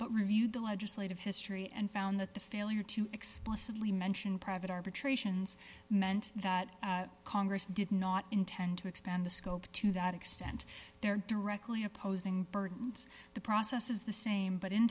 but reviewed the legislative history and found that the failure to explicitly mention private arbitrations meant that congress did not intend to expand the scope to that extent they're directly opposing burdens the process is the same but